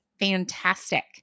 fantastic